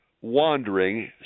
wandering